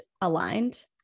aligned